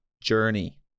journey